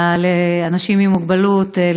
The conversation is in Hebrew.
אנשים עם מוגבלות,